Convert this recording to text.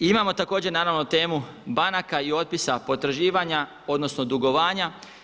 I imamo također naravno temu banaka i otpisa potraživanja, odnosno dugovanja.